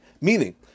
Meaning